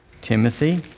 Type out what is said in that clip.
Timothy